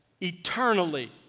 eternally